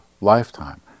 lifetime